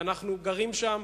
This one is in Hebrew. אנחנו גרים שם.